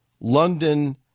London